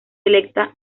electa